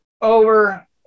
over